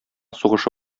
сугышы